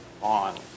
on